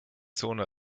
zone